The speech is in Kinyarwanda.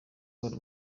rubuga